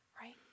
right